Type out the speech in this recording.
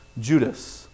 Judas